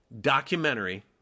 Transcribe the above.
documentary